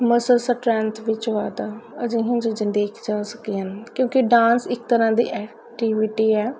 muscle strength ਵਿੱਚ ਵਾਧਾ ਅਜਿਹੀਆਂ ਚੀਜ਼ਾਂ ਦੇਖੀਆਂ ਜਾ ਸਕਦੀਆਂ ਹਨ ਕਿਉਂਕਿ ਡਾਂਸ ਇੱਕ ਤਰ੍ਹਾਂ ਦੀ ਐਕਟੀਵਿਟੀ ਹੈ